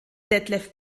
detlef